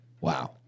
Wow